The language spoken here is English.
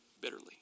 bitterly